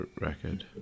record